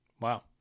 Wow